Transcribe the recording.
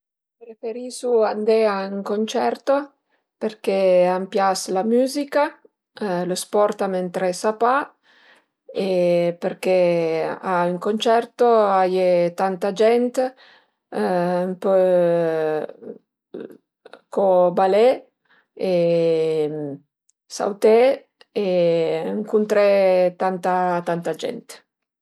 Preferisu andé a ün concerto perché a m'pias la müzica, lë sport a m'ëntresa pa e perché a ün concerto a ie tanta gent, ën po co balé, sauté e ëncuntré tanta tanta gent